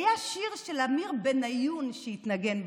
היה שיר של עמיר בניון שהתנגן ברדיו.